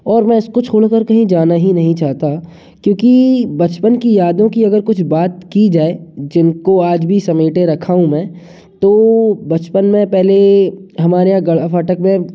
और मैं इसको छोड़कर कहीं जाना ही नहीं चाहता क्योंकि बचपन की यादों की अगर कुछ बात की जाए जिनको आज भी समेटे रखा हूँ मैं तो बचपन में पहले हमारे यहाँ गड़ा फाटक में